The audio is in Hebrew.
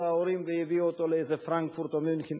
ההורים והביאו אותו לאיזה פרנקפורט או מינכן.